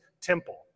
temple